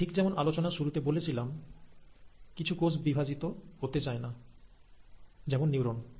ঠিক যেমন আলোচনার শুরুতে বলেছিলাম কিছু কোষ বিভাজিত হতে চায় না যেমন নিউরন